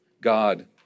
God